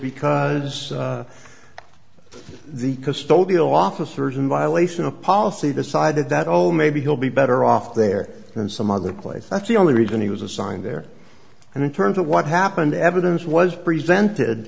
because the custodial officers in violation a policy the side that oh maybe he'll be better off there than some other place that's the only reason he was assigned there and it turns out what happened evidence was presented